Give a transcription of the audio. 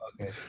okay